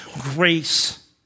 grace